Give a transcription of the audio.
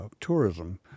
tourism